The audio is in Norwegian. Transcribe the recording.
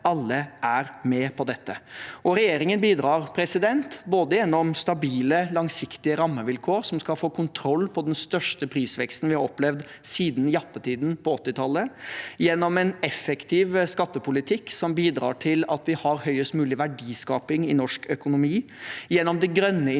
alle er med på dette. Regjeringen bidrar både gjennom stabile, langsiktige rammevilkår som skal få kontroll på den største prisveksten vi har opplevd siden jappetiden på 1980-tallet, gjennom en effektiv skattepolitikk som bidrar til at vi har høyest mulig verdiskaping i norsk økonomi, gjennom det grønne